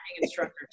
instructor